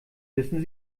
wissen